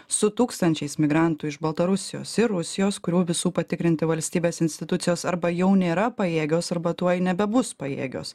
su tūkstančiais migrantų iš baltarusijos ir rusijos kurių visų patikrinti valstybės institucijos arba jau nėra pajėgios arba tuoj nebebus pajėgios